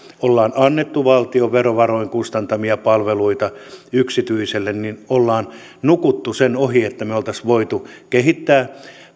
ollaan annettu valtion verovaroin kustantamia palveluita yksityiselle niin ollaan nukuttu sen ohi että me olisimme voineet kehittää